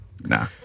Nah